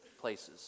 places